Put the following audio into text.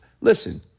Listen